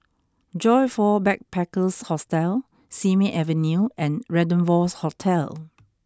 Joyfor Backpackers' Hostel Simei Avenue and Rendezvous Hotel